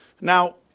Now